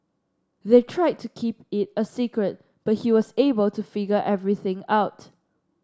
they tried to keep it a secret but he was able to figure everything out